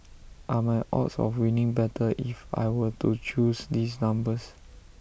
are my odds of winning better if I were to choose these numbers